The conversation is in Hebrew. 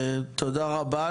תודה רבה.